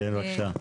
כן, בבקשה.